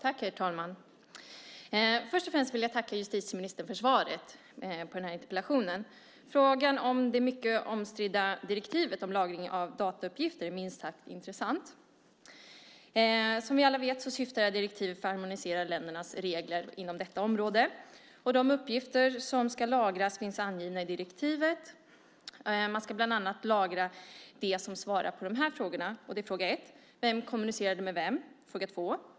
Herr talman! Jag vill börja med att tacka justitieministern för svaret. Frågan om det mycket omstridda direktivet om lagring av datauppgifter är minst sagt intressant. Som alla vet syftar direktivet till att harmonisera ländernas regler inom detta område, och de uppgifter som ska lagras finns angivna i direktivet. Man ska bland annat lagra sådant som svarar på följande frågor: Vem kommunicerade med vem?